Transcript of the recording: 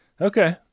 Okay